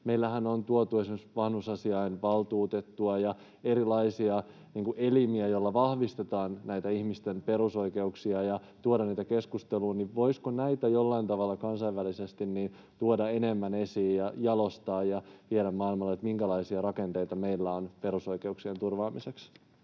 meillähän on tuotu esimerkiksi vanhusasiainvaltuutettua ja erilaisia elimiä, joilla vahvistetaan ihmisten perusoikeuksia ja tuodaan niitä keskusteluun. Voisiko näitä jollain tavalla kansainvälisesti tuoda enemmän esiin ja jalostaa ja viedä maailmalle sitä, minkälaisia rakenteita meillä on perusoikeuksien turvaamiseksi?